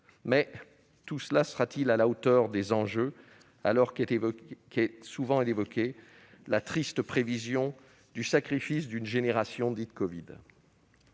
Mais tout cela sera-t-il à la hauteur des enjeux, alors qu'est souvent évoquée la triste prévision du sacrifice d'une génération dite « covid »